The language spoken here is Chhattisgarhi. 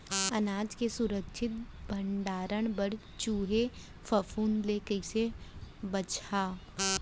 अनाज के सुरक्षित भण्डारण बर चूहे, फफूंद ले कैसे बचाहा?